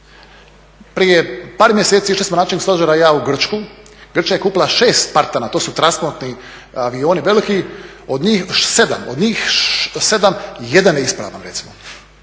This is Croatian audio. Prije par mjeseci išli smo načelnik stožera i ja u Grčku, Grčka je kupila 6 … to su transportni avioni veliki, od njih 7 jedan je ispravan recimo